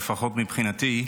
לפחות מבחינתי,